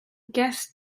guessed